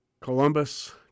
Columbus